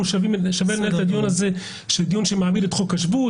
היינו משלבים את הדיון הזה שמעמיד את חוק השבות,